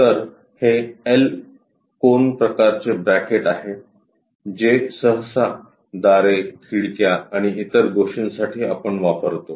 तर हे एल कोन प्रकारचे ब्रॅकेट आहे जे सहसा दारे खिडक्या आणि इतर गोष्टींसाठी आपण वापरतो